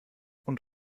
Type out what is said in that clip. und